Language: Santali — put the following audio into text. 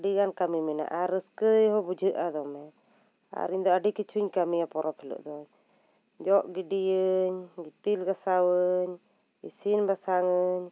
ᱟᱹᱰᱤ ᱜᱟᱱ ᱠᱟᱹᱢᱤ ᱢᱮᱱᱟᱜᱼᱟ ᱨᱟᱹᱥᱠᱟᱹᱭ ᱦᱚᱸ ᱵᱩᱡᱷᱟᱹᱜᱼᱟ ᱫᱚᱢᱮ ᱟᱨ ᱤᱧ ᱫᱚ ᱟᱹᱰᱤ ᱠᱤᱪᱷᱩᱭᱤᱧ ᱠᱟᱹᱢᱤᱭᱟ ᱯᱚᱨᱚᱵᱽ ᱦᱤᱞᱟᱹᱜ ᱫᱚ ᱡᱚᱜ ᱜᱤᱰᱤᱭᱟᱹᱧ ᱜᱤᱛᱤᱞ ᱜᱷᱟᱥᱟᱣᱟᱹᱧ ᱤᱥᱤᱱ ᱵᱟᱥᱟᱝ ᱟᱹᱧ